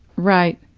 right,